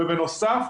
ובנוסף,